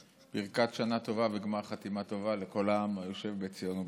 וברכת שנה טובה וגמר חתימה טובה לכל העם היושב בציון ובתפוצות.